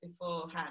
beforehand